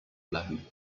bleiben